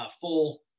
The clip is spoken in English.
full